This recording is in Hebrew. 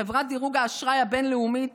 חברת דירוג האשראי הבין-לאומית,